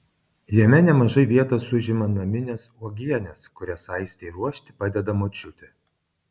jame nemažai vietos užima naminės uogienės kurias aistei ruošti padeda močiutė